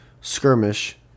skirmish